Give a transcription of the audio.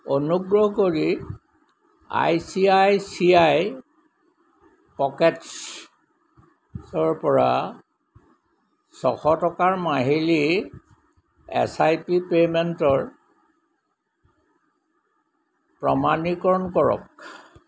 অনুগ্ৰহ কৰি I C I C I পকেটছ্ৰ পৰা ছশ টকাৰ মাহিলী এছআইপি পে'মেণ্টৰ প্ৰমাণীকৰণ কৰক